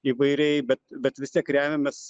įvairiai bet bet vis tiek remiamės